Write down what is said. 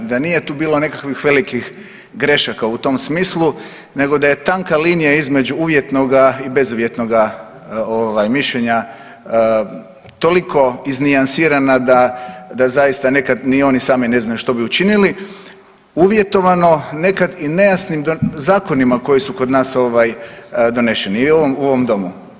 Da nije tu bilo nekakvih velikih grešaka u tom smislu, nego da je tanka linija između uvjetnoga i bezuvjetnoga mišljenja toliko iznijansirana, da zaista nekad ni oni sami ne znaju što bi učinili uvjetovano nekad i nejasnim zakonima koji su kod nas doneseni u ovom Domu.